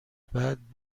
بعد